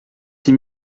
six